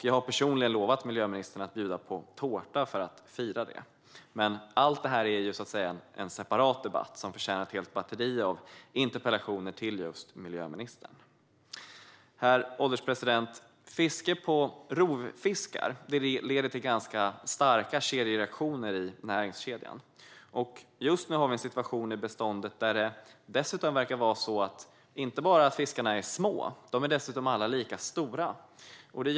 Jag har personligen lovat miljöministern att bjuda på tårta för att fira det. Men allt det är en separat debatt som förtjänar ett helt batteri av interpellationer till just miljöministern. Herr ålderspresident! Fiske på rovfiskar leder till ganska starka kedjereaktioner i näringskedjan. Just nu har vi en situation där det verkar som att fiskarna i beståndet inte bara är små; de är dessutom alla av samma storlek.